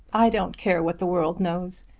i don't care what the world knows.